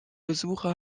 besucher